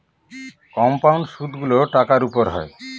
compound সুদগুলো টাকার উপর হয়